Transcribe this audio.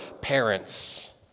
parents